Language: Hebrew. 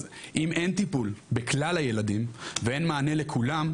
אז אם אין טיפול בכלל הילדים ואין מענה לכולם,